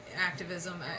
activism